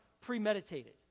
premeditated